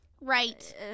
Right